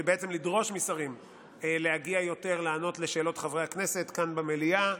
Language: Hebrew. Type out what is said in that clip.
בעצם לדרוש משרים להגיע יותר ולענות על שאלות חברי הכנסת כאן במליאה.